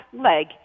leg